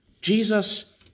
Jesus